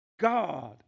God